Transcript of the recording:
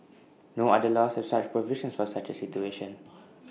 no other laws have such provisions for such A situation